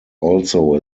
also